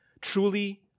Truly